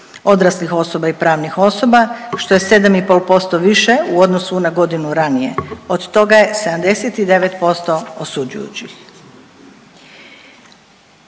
odraslih osoba i pravnih osoba, što je 7,5% više u odnosu na godinu ranije. Od toga je 79% osuđujućih.